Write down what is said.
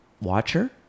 watcher